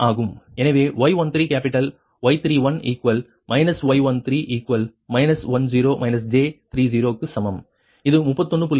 எனவே Y13 capital Y31 y13 க்கு சமம் அது 31